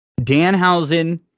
Danhausen